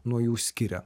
nuo jų skiria